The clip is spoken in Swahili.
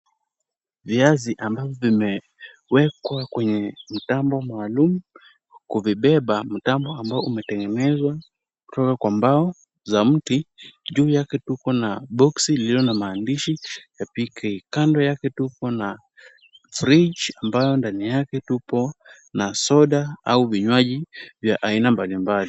Viazi ambavyo vimewekwa kwenye mtambo maalum. Kuvibeba mtambo ambao umetengenezwa kutoka kwa mbao za mti. Juu yake tuko na boksi lililo na maandishi ya PK . Kando yake tuko na fridge ambayo ndani yake tupo na soda au vinywaji vya aina mbalimbali.